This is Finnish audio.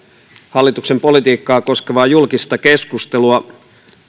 hallituksen politiikkaa koskevaa julkista keskustelua